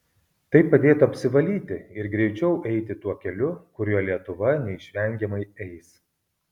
tai padėtų apsivalyti ir greičiau eiti tuo keliu kuriuo lietuva neišvengiamai eis